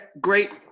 great